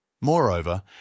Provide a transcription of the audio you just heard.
Moreover